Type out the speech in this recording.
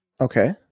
Okay